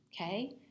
Okay